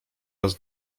raz